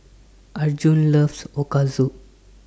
Arjun loves Ochazuke